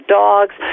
dogs